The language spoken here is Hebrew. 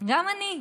גם אני.